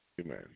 Amen